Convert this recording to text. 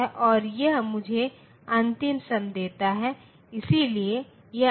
और फिर मैं इसके साथ 1 जोड़ देता हूं